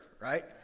right